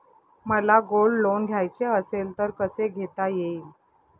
मला gold loan घ्यायचे असेल तर कसे घेता येईल?